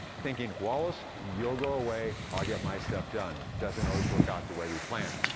thinking, wallace, you'll go away i'll get my stuff done. doesn't always work out the way we plan.